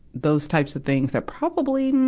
those types of things that probably,